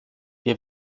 wir